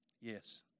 Yes